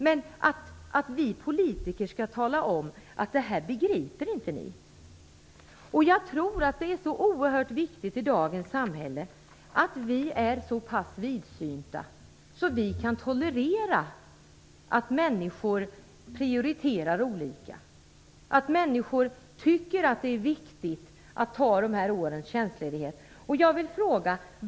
Men vi politiker skall tydligen tala om för föräldrarna att de inte begriper detta. Jag tror att det är oerhört viktigt i dagens samhälle att vi är så pass vidsynta att vi tolererar att människor prioriterar olika och att människor tycker att det är viktigt att vara tjänstlediga under dessa år.